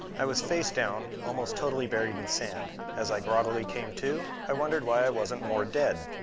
i was facedown, almost totally buried in sand. as i groggily came to, i wondered why i wasn't more dead.